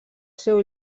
seu